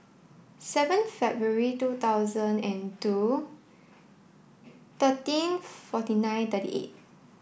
seven February two thousand and two thirteen forty nine thirty eight